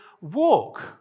Walk